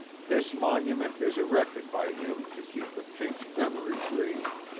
this monument is erected by him to keep the chink's memory green.